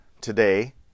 today